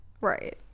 Right